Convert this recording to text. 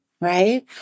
right